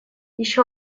еще